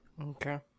Okay